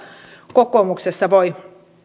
kokoomuksessa voi